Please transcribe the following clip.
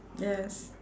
yes